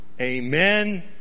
Amen